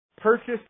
purchased